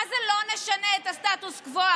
מה זה לא נשנה את הסטטוס קוו?